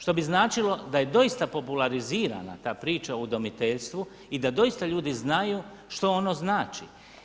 Što bi značilo da je doista popularizirana ta priča o udomiteljstvu i da doista ljudi znaju što ono znači.